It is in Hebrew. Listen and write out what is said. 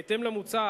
בהתאם למוצע,